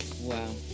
Wow